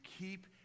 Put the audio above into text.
keep